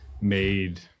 made